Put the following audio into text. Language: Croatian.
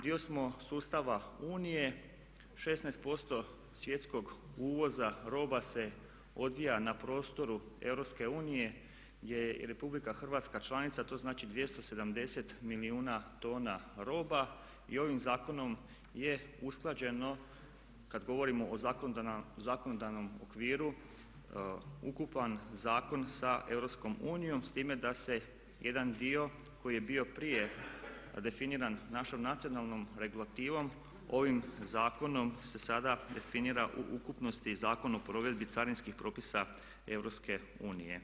Dio smo sustava Unije, 16% svjetskog uvoza roba se odvija na prostoru EU gdje je i RH članica, to znači 270 milijuna tona roba i ovim zakonom je usklađeno kad govorimo o zakonodavnom okviru ukupan zakon sa EU s time da se jedan dio koji je bio prije definiran našom nacionalnom regulativom ovim zakonom se sada definira u ukupnosti i Zakon o provedbi carinskih propisa EU.